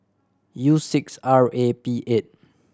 U six R A P eight